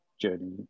journey